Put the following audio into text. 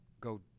go